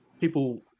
people